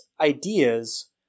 ideas